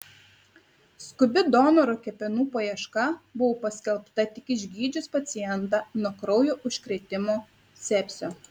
skubi donoro kepenų paieška buvo paskelbta tik išgydžius pacientą nuo kraujo užkrėtimo sepsio